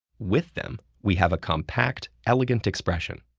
with them, we have a compact, elegant expression.